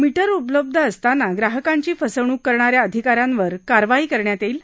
metre उपलब्ध असताना ग्राहकांची फसवणूक करणाऱ्या अधिकाऱ्यांवर कारवाई करण्यात येईल